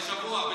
בשבוע?